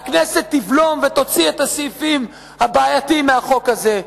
הכנסת תבלום ותוציא את הסעיפים הבעייתיים מהחוק הזה.